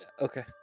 Okay